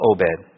Obed